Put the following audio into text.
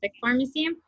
pharmacy